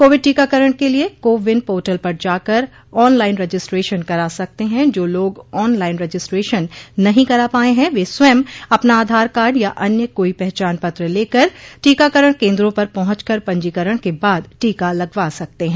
Covid टीकाकरण के लिये को विन पोर्टल पर जाकर ऑन लाइन रजिस्ट्रेशन करा सकते है जो लोग ऑन लाइन रजिस्ट्रेशन नहीं करा पाये है वे स्वयं अपना आधार कार्ड या अन्य कोई पहचान पत्र लेकर टीकाकरण केन्द्रों पर पहुंच कर पंजीकरण के बाद टीका लगवा सकते हैं